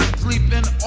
sleeping